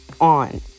on